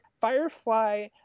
Firefly